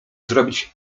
zrobić